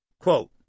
quote